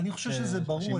אני חושב שזה ברור.